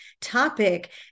topic